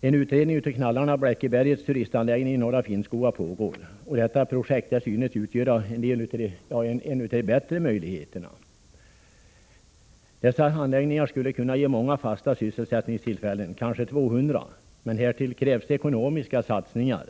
En utredning av Knallarna — Bleckbergets turistanläggning i Norra Finnskoga — pågår. Detta projekt synes utgöra en av de bättre möjligheterna till sysselsättning. Dessa anläggningar skulle alltså kunna ge många fasta sysselsättningstillfällen, kanske 200, men härtill krävs ekonomiska satsningar.